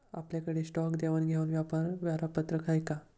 आपल्याकडे स्टॉक देवाणघेवाण व्यापार वेळापत्रक आहे का?